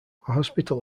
hospital